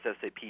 SAP